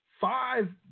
five